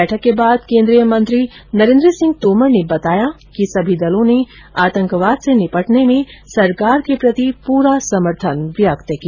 बैठक के बाद केन्द्रीय मंत्री नरेन्द्र सिंह तोमर ने बताया कि सभी दलों ने आतंकवाद से निपटने में सरकार के प्रति पुरा समर्थन व्यक्त किया